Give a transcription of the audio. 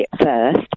first